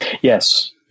Yes